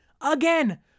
Again